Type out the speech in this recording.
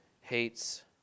hates